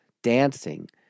Dancing